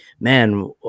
man